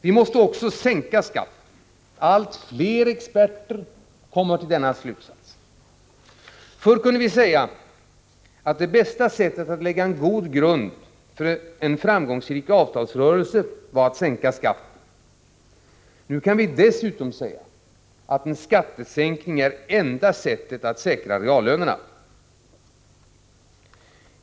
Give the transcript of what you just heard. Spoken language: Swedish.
Vi måste sänka skatten. Allt fler experter kommer till denna slutsats. Förr kunde vi säga att det bästa sättet att lägga en god grund för en framgångsrik avtalsrörelse var att sänka skatten. Nu kan vi dessutom säga att en skattesänkning är det enda sättet att säkra reallönerna.